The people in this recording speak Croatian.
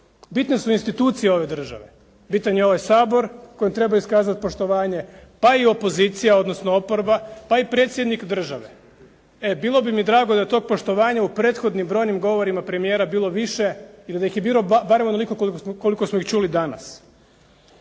bitne su institucije ove države, bitan je ovaj Sabor kojem treba iskazati poštovanje, pa i opozicija, odnosno oporba, pa i predsjednik države. E, bilo bi mi drago da to poštovanje u prethodnim brojnim govorima premijera bilo više i da ih je bilo barem onoliko koliko smo ih čuli danas.